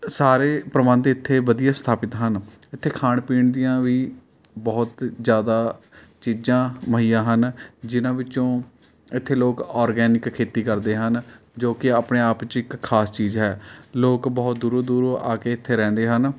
ਸਾਰੇ ਪ੍ਰਬੰਧ ਇੱਥੇ ਵਧੀਆ ਸਥਾਪਿਤ ਹਨ ਇੱਥੇ ਖਾਣ ਪੀਣ ਦੀਆਂ ਵੀ ਬਹੁਤ ਜ਼ਿਆਦਾ ਚੀਜ਼ਾਂ ਮੁਹੱਈਆ ਹਨ ਜਿਹਨਾਂ ਵਿੱਚੋਂ ਇੱਥੇ ਲੋਕ ਔਰਗੈਨਿਕ ਖੇਤੀ ਕਰਦੇ ਹਨ ਜੋ ਕਿ ਆਪਣੇ ਆਪ 'ਚ ਇੱਕ ਖਾਸ ਚੀਜ਼ ਹੈ ਲੋਕ ਬਹੁਤ ਦੂਰੋਂ ਦੂਰੋਂ ਆ ਕੇ ਇੱਥੇ ਰਹਿੰਦੇ ਹਨ